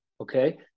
okay